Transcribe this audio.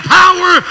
power